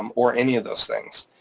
um or any of those things.